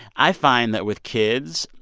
i find that with kids,